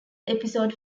episode